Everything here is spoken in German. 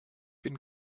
bin